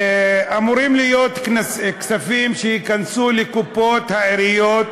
אמורים להיכנס כספים לקופות העיריות